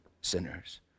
sinners